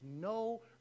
no